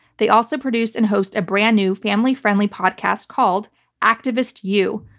they also produce and host a brand new family friendly podcast called activist you,